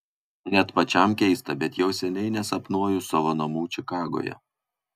net pačiam keista bet jau seniai nesapnuoju savo namų čikagoje